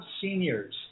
seniors